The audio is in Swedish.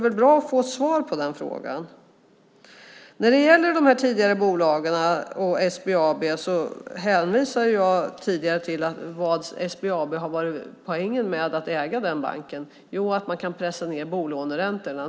När det gäller de tidigare försäljningarna av bolagen och SBAB hänvisade jag tidigare till vad som är poängen med att äga SBAB, nämligen att man kan pressa ned bolåneräntorna.